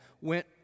went